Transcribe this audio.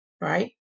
right